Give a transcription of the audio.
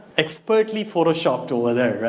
expertly photoshoped over there ah